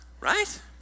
right